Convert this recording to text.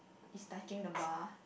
is touching the bar